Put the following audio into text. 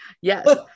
yes